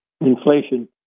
inflation